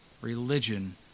religion